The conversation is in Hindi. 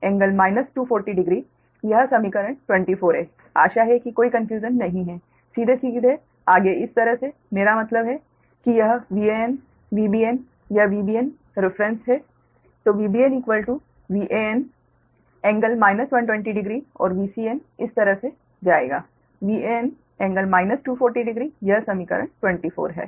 तो Vcn Van∟ 240 डिग्री यह समीकरण 24 है आशा है कि कोई कनफ्यूजन नहीं है सीधे सीधे आगे इस तरह से मेरा मतलब है कि यह Van Vbn यह Vbn रिफ्रेन्स है तो Vbn Van∟ 120 डिग्री और Vcn इस तरह से जाएगा Van कोण 240 डिग्री यह समीकरण 24 है